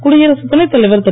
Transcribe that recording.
குடியரசுத் துணைத் தலைவர் திரு